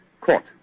Court